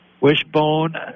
Wishbone